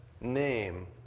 name